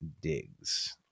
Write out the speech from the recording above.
Diggs